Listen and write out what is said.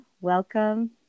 welcome